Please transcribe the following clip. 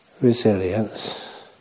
resilience